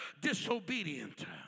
disobedient